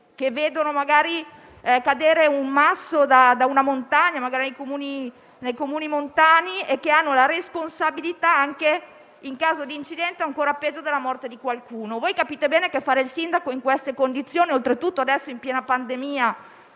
vedono cadere un masso da una montagna (magari nei Comuni montani), e hanno la responsabilità anche in caso di incidente o ancora peggio della morte di qualcuno. Capite bene che fare il sindaco in queste condizioni, oltretutto adesso in piena pandemia,